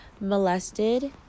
molested